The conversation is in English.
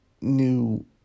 new